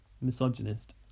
Misogynist